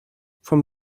from